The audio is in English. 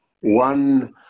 One